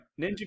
Ninja